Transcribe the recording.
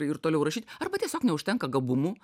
ir toliau rašyt arba tiesiog neužtenka gabumų